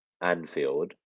Anfield